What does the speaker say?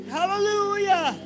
Hallelujah